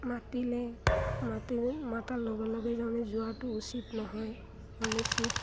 মাতিলে মাটি মতাৰ লগে লগে যোৱাটো উচিত নহয়